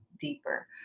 deeper